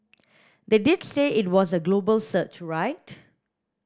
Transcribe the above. they did say it was a global search right